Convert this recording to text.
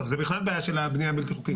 טוב, זה בכלל בעיה של בניה בלתי חוקית.